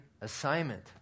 assignment